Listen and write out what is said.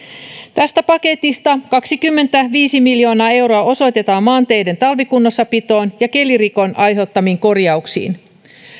tästä paketista kaksikymmentäviisi miljoonaa euroa osoitetaan maanteiden talvikunnossapitoon ja kelirikon aiheuttamiin korjauksiin